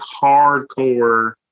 hardcore